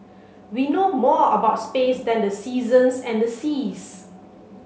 we know more about space than the seasons and the seas